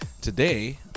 Today